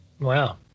Wow